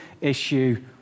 issue